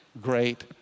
great